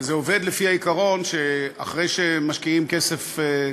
וזה עובד לפי העיקרון שאחרי שמשקיעים כסף,